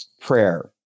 prayer